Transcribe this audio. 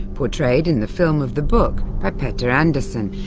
portrayed in the film of the book by peter andersson,